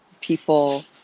people